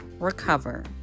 Recover